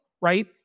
right